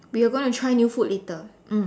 we are going to try new food later